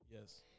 Yes